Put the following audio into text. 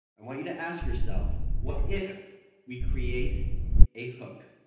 i want you to ask yourself what if we create a hook.